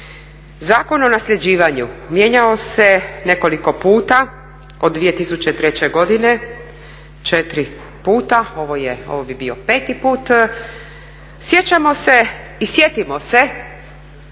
Zakon o nasljeđivanju mijenjao se nekoliko puta od 2003. godine, 4 puta, ovo bi bio 5 put. Sjećamo se i sjetimo se